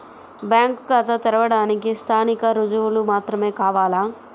Bank ఖాతా తెరవడానికి స్థానిక రుజువులు మాత్రమే కావాలా?